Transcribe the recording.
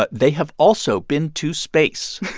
but they have also been to space